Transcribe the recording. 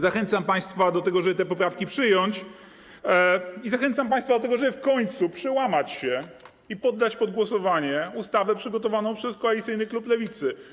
Zachęcam państwa do tego, żeby te poprawki przyjąć, i zachęcam państwa do tego, żeby w końcu przełamać się i poddać pod głosowanie ustawę przygotowaną przez koalicyjny klub Lewicy.